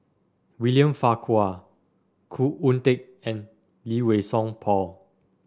William Farquhar Khoo Oon Teik and Lee Wei Song Paul